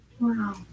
Wow